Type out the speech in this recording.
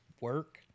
Work